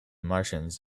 martians